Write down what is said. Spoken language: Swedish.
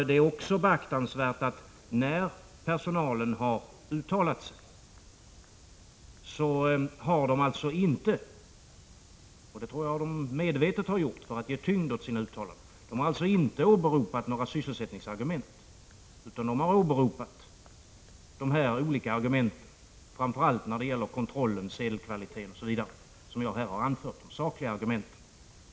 Det är också beaktansvärt att när personalen har uttalat sig har den alltså inte, och det tror jag att den medvetet har gjort för att ge tyngd åt sina uttalanden, åberopat några sysselsättningsargument. Den har i stället åberopat de olika argument som jag här har anfört, framför allt de som gäller kontrollen och sedelkvaliteten, alltså sakargument.